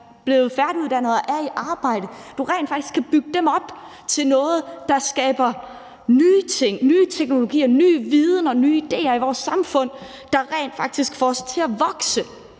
blevet færdiguddannet og er i arbejde, i forhold til at man kan bygge dem op til noget, der skaber nye ting, nye teknologier, ny viden og nye idéer i vores samfund, altså noget, der rent faktisk får os til at vokse.